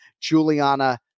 Juliana